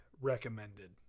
recommended